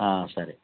సరే